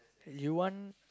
you want